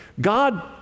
God